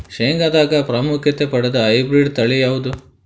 ಶೇಂಗಾದಾಗ ಪ್ರಾಮುಖ್ಯತೆ ಪಡೆದ ಹೈಬ್ರಿಡ್ ತಳಿ ಯಾವುದು?